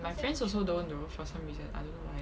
my friends also don't though for some reason I don't know why